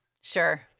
Sure